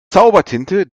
zaubertinte